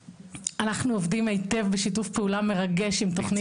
אנחנו עובדים היטב בשיתוף פעולה מרגש עם תוכנית יתד.